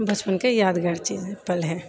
बचपनके यादगार चीज पल हइ